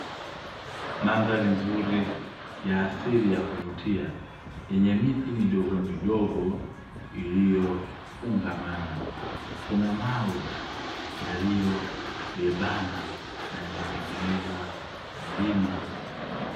Mandhari nzuri ya asili ya kuvutia yenye miti midogo midogo iliyofungamana, kuna mawe yaliyobebana na yametengeneza mlima.